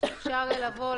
שאפשר יהיה לבוא,